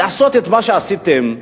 לעשות את מה שעשיתם,